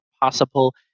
possible